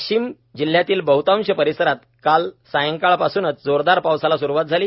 वाशिम जिल्ह्यातील बह्तांश परिसरात काल सायंकाळपासून जोरदार पावसाला सुरुवात झाली